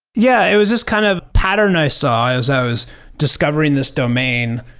yeah. it was this kind of pattern i saw as i was discovering this domain.